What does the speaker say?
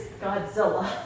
Godzilla